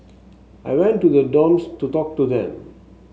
I went to the dorms to talk to them